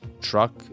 truck